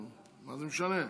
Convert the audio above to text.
נו, מה זה משנה?